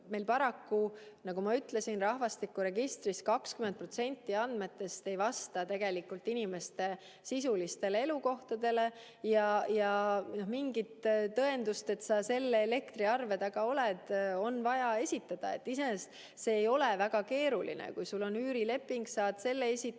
Meil paraku, nagu ma ütlesin, rahvastikuregistris 20% andmetest ei vasta inimeste tegelikele elukohtadele ja mingi tõendus selle kohta, et sa selle elektriarve taga oled, on vaja esitada. Iseenesest see ei ole väga keeruline. Kui sul on üürileping, siis sa saad selle esitada,